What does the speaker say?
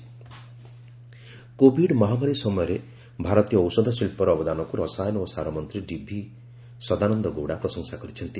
Covid Sadananda Gowda Covid ମହାମାରୀ ସମୟରେ ଭାରତୟ ଔଷଧ ଶିଳ୍ପର ଅବଦାନକୁ ରସାୟନ ଓ ସାର ମନ୍ତ୍ରୀ ଡିଭି ସଦାନନ୍ଦ ଗୌଡ଼ା ପ୍ରଶଂସା କରିଛନ୍ତି